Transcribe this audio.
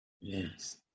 yes